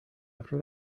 after